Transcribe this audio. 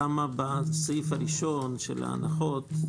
למה בסעיף הראשון של הנחות,